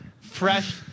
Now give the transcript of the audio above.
fresh